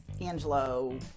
Angelo